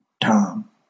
Tom